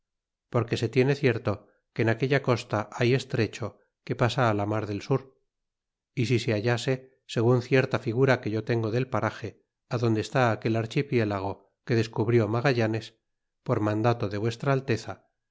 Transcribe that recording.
que se tiene cierto que en aquella costa hay estrecho que pasa la mar del sur y si se hallase segun cierta figura que yo ten go del parage á donde está aquel archipiehgo que descubrió magallanes por mandado de vuestra alteza